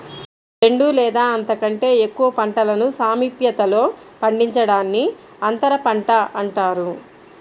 రెండు లేదా అంతకంటే ఎక్కువ పంటలను సామీప్యతలో పండించడాన్ని అంతరపంట అంటారు